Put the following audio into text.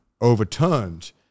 overturned